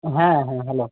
হ্যাঁ হ্যাঁ হ্যালো